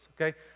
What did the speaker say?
Okay